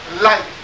life